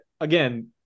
again